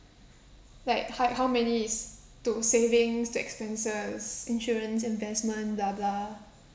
like how how many is to savings to expenses insurance investment blah blah